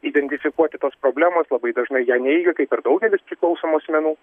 identifikuoti tos problemos labai dažnai ją neigia kaip ir daugelis priklausomų asmenų